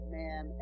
man